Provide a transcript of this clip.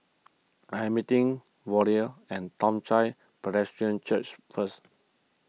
I am meeting Vollie at Toong Chai Presbyterian Church first